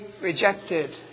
rejected